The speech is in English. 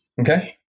okay